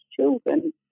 children